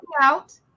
out